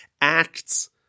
acts